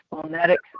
phonetics